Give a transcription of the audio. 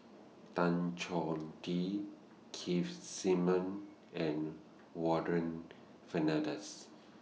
Tan Choh Tee Keith Simmons and Warren Fernandez